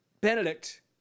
Benedict